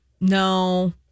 No